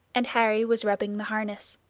and harry was rubbing the harness.